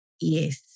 Yes